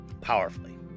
powerfully